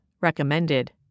recommended